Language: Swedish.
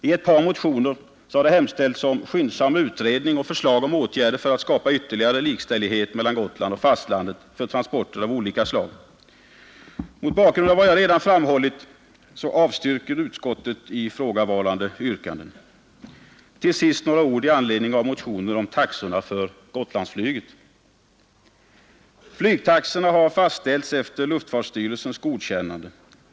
I ett par motioner har det begärts skyndsam utredning och förslag om åtgärder i syfte att skapa ytterligare likställighet mellan Gotland och fastlandet i fråga om kostnader för transporter av olika slag. Mot bakgrund av vad jag redan framhållit avstyrker utskottet ifrågavarande yrkanden. Till sist några ord i anledning av motioner om taxorna för Gotlandsflyget. Flygtaxorna har fastställts efter luftfartsstyrelsens godkännande.